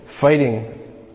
fighting